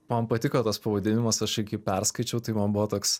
man patiko tas pavadinimas aš irgi perskaičiau tai man buvo toks